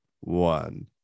one